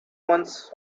months